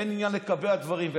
אין עניין לקבע דברים,